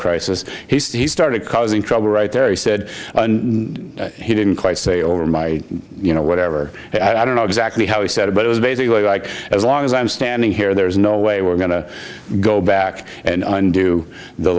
crisis he started causing trouble right there he said he didn't quite say over my you know whatever i don't know exactly how he said it but it was basically like as long as i'm standing here there's no way we're going to go back and undo the